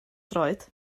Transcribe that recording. droed